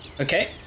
Okay